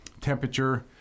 Temperature